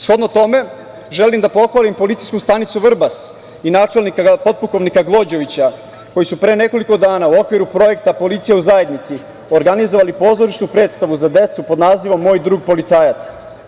Shodno tome, želim da pohvalim policijsku stanicu Vrbas i načelnika potpukovnika Gvođevića koji su pre nekoliko dana u okviru projekta „Policija u zajednici“ organizovali pozorišnu predstavu za decu pod nazivom „Moj drug policajac“